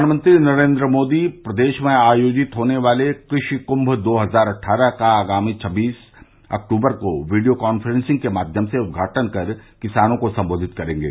प्रधानमंत्री नरेन्द्र मोदी प्रदेश में आयोजित होने वाले कृषि कुम्म दो हजार अट्ठारह का आगामी छब्बीस अक्टूबर को वीडियो कान्फ्रेसिंग के माध्यम से उद्घाटन कर किसानों को संबोधित करेंगे